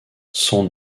son